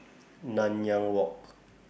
Nanyang Walk